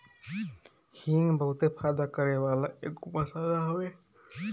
हिंग बहुते फायदा करेवाला एगो मसाला हवे